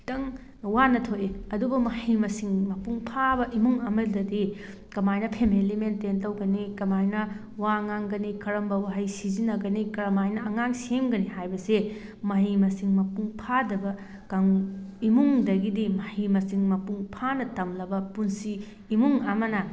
ꯈꯤꯇꯪ ꯋꯥꯅ ꯊꯣꯛꯏ ꯑꯗꯨꯕꯨ ꯃꯍꯩ ꯃꯁꯤꯡ ꯃꯄꯨꯡ ꯐꯥꯕ ꯏꯃꯨꯡ ꯑꯃꯗꯗꯤ ꯀꯃꯥꯏꯅ ꯐꯦꯃꯦꯂꯤ ꯃꯦꯟꯇꯦꯟ ꯇꯧꯒꯅꯤ ꯀꯃꯥꯏꯅ ꯋꯥ ꯉꯥꯡꯒꯅꯤ ꯀꯔꯝꯕ ꯋꯥꯍꯩ ꯁꯤꯖꯤꯟꯅꯒꯅꯤ ꯀꯔꯝꯍꯥꯏꯅ ꯑꯉꯥꯡ ꯁꯦꯝꯒꯅꯤ ꯍꯥꯏꯕꯁꯦ ꯃꯍꯩ ꯃꯁꯤꯡ ꯃꯄꯨꯡ ꯐꯥꯗꯕ ꯏꯃꯨꯡꯗꯒꯤꯗꯤ ꯃꯍꯩ ꯃꯁꯤꯡ ꯃꯄꯨꯡ ꯐꯥꯅ ꯇꯝꯂꯕ ꯄꯨꯟꯁꯤ ꯏꯃꯨꯡ ꯑꯃꯅ